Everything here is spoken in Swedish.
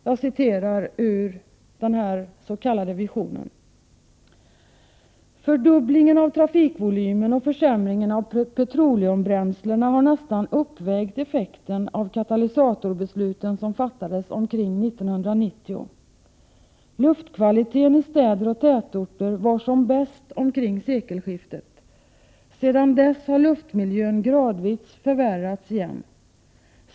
Jag citerar ur den s.k. visionen: ”Fördubblingen av trafikvolymen och försämringen av petroliumbränslena har nästan uppvägt effekten av katalysatorbesluten som fattades omkring 1990. —-—-- Luftkvalitén i städer och tätorter var som bäst omkring sekelskiftet. Sedan dess har luftmiljön gradvis förvärrats igen.